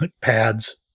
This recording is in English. pads